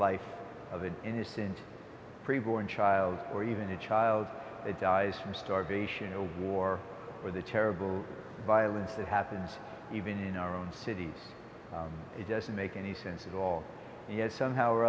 life of an innocent pre born child or even a child dies from starvation or war or the terrible violence that happens even in our own cities it doesn't make any sense at all and yet somehow or